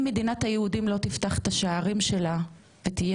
מדינת היהודים לא תפתח את השערים שלה ותהיה